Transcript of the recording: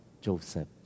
Joseph